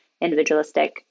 individualistic